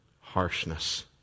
harshness